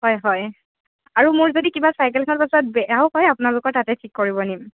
হয় হয় আৰু মোৰ যদি কিবা চাইকেলখন পাছত বেয়াও হয় আপোনালোকৰ তাতে ঠিক কৰিব নিম